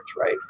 right